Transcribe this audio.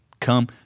Come